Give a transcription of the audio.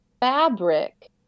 fabric